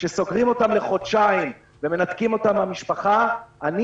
כאשר סוגרים אותם לחודשיים ומנתקים אותם מן המשפחה אני